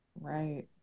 right